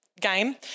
game